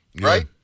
Right